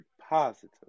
positive